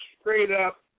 straight-up